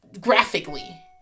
graphically